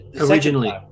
Originally